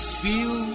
feel